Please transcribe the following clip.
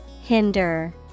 Hinder